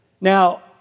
Now